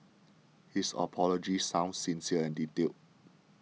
his apology sounded sincere and detailed